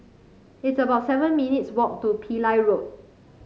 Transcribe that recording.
it's about seven minutes' walk to Pillai Road